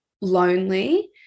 lonely